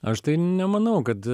aš tai nemanau kad